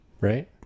Right